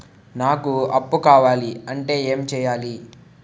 నాకు అప్పు కావాలి అంటే ఎం చేయాలి?